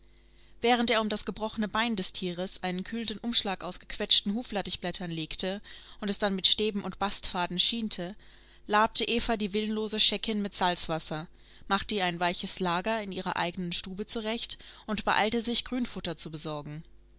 während er um das gebrochene bein des tieres einen kühlenden umschlag aus gequetschten huflattichblättern legte und es dann mit stäben und bastfaden schiente labte eva die willenlose scheckin mit salzwasser machte ihr ein weiches lager in ihrer eigenen stube zurecht und beeilte sich grünfutter zu besorgen